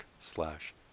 slash